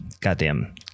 goddamn